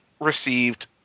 received